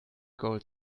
gold